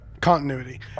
Continuity